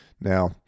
now